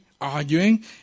arguing